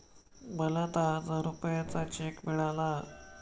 मला दहा हजार रुपयांचा चेक मिळाला